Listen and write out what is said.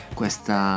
questa